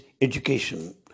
education